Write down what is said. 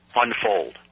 unfold